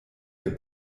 der